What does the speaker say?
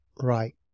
Right